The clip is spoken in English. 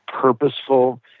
purposeful